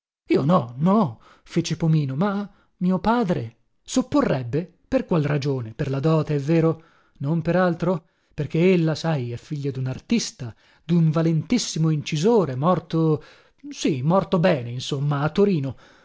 io no no fece pomino ma mio padre sopporrebbe per qual ragione per la dote è vero non per altro perché ella sai è figlia dun artista dun valentissimo incisore morto sì morto bene insomma a torino